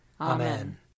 Amen